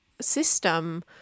system